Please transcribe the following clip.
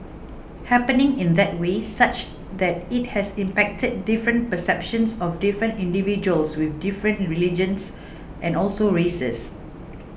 happening in that way such that it has impacted different perceptions of different individuals with different religions and also races